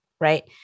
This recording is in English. right